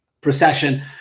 procession